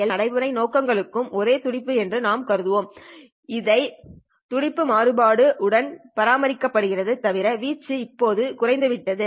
எல்லா நடைமுறை நோக்கங்களுக்கும் ஒரே துடிப்பு என்று நாம் கருதுவோம் இது அதே துடிப்பு மாறுபாடு உடன் பராமரிக்கப்படுகிறது தவிர வீச்சு இப்போது குறைந்துவிட்டது